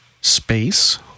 space